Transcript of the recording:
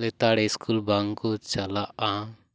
ᱞᱮᱛᱟᱲ ᱤᱥᱠᱩᱞ ᱵᱟᱝᱠᱚ ᱪᱟᱞᱟᱜᱼᱟ